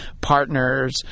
partners